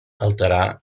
alterar